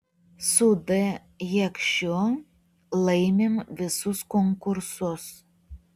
su d jakšiu laimim visus konkursus